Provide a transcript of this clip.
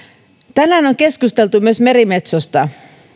tänään on keskusteltu myös merimetsosta